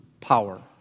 power